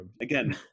again